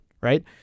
right